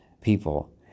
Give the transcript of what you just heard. people